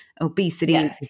obesity